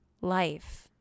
life